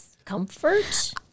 comfort